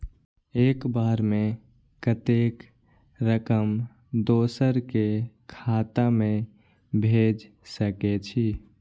एक बार में कतेक रकम दोसर के खाता में भेज सकेछी?